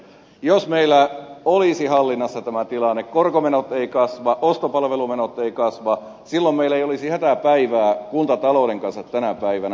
jos meillä olisi hallinnassa tämä tilanne korkomenot eivät kasva ostopalvelumenot eivät kasva silloin meillä ei olisi hätäpäivää kuntatalouden kanssa tänä päivänä